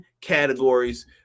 categories